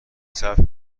صبر